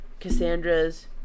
Cassandra's